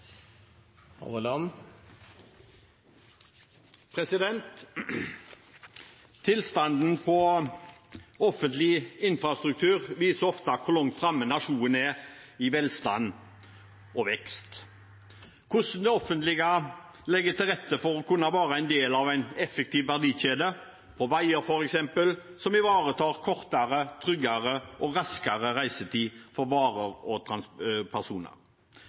Tilstanden i offentlig infrastruktur viser ofte hvor langt framme nasjonen er i velstand og vekst, og hvordan det offentlige legger til rette for å kunne være en del av en effektiv verdikjede, f.eks. på veier, som ivaretar kortere, tryggere og raskere reisetid for varer og personer.